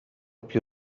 più